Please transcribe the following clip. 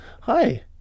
hi